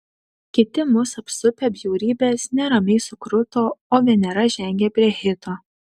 kiti mus apsupę bjaurybės neramiai sukruto o venera žengė prie hito